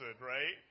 right